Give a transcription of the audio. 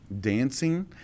dancing